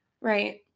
Right